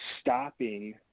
stopping